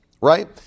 right